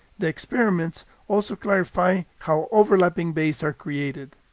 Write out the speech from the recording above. the experiments also clarify how overlapping bays are created.